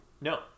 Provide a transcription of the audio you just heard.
No